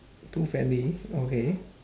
too friendly okay